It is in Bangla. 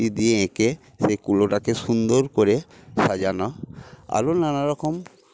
তুলি দিয়ে এঁকে সেই কুলোটাকে সুন্দর করে সাজানো আরো নানারকম